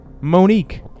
Monique